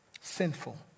sinful